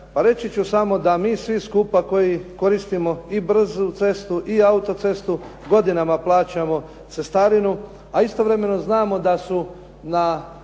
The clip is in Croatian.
A reći ću samo da mi svi skupa koji koristimo i brzu cestu i autocestu godinama plaćamo cestarinu, a istovremeno znamo da su na